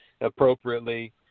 appropriately